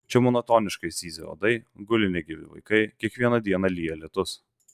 čia monotoniškai zyzia uodai guli negyvi vaikai kiekvieną dieną lyja lietūs